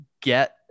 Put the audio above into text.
get